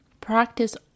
Practice